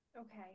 Okay